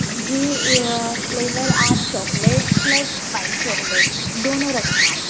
जी flavour आप chocolate plus white chocolate दोनों रखना आप